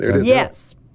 Yes